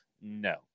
No